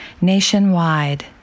nationwide